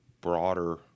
broader